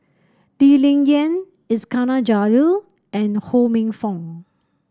Lee Ling Yen Iskandar Jalil and Ho Minfong